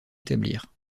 établir